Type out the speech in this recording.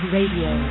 Radio